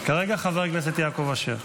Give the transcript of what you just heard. כרגע יעקב אשר.